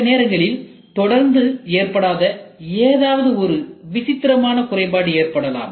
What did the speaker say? சில நேரங்களில் தொடர்ந்து ஏற்படாத ஏதாவது ஒரு விசித்திரமான குறைபாடு ஏற்படலாம்